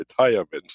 retirement